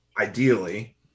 ideally